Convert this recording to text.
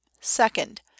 Second